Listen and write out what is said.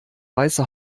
weiße